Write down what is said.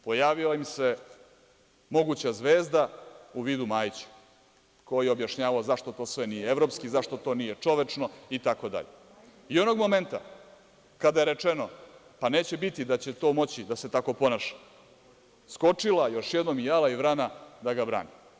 Pojavila im se moguća zvezda u vidu Majića, koji je objašnjavao zašto to sve nije evropski, zašto to nije čovečno itd i, onog momenta kada je rečeno – pa, neće biti da će to moći tako da se ponaša, skočila još jednom i jala i vrana da ga brani.